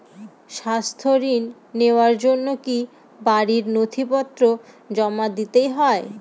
স্বাস্থ্য ঋণ নেওয়ার জন্য কি বাড়ীর নথিপত্র জমা দিতেই হয়?